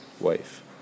wife